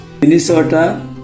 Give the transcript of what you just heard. Minnesota